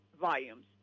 volumes